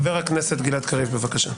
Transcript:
חבר הכנסת גלעד קריב, בבקשה.